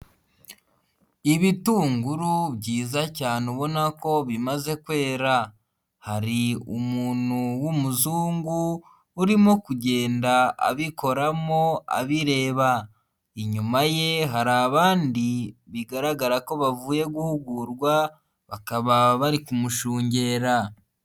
Ibitunguru byiza cyane ubona ko bimaze kwera. Hari umuntu w'umuzungu urimo kugenda abikoramo abireba. Inyuma ye hari abandi bigaragara ko bavuye guhugurwa bakaba bari kumushungera.